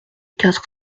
quatre